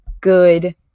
good